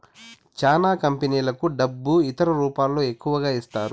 చానా కంపెనీలకు డబ్బు ఇతర రూపాల్లో ఎక్కువగా ఇస్తారు